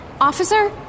Officer